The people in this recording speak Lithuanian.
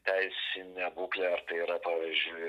teisinė būklė ar tai yra pavyzdžiui